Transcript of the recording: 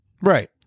Right